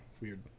weird